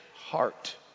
heart